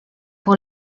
pour